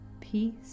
Peace